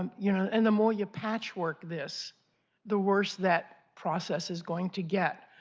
um you know and the more you patchwork this the worst that process is going to get.